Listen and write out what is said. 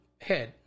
head